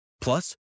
Plus